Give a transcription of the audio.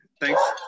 Thanks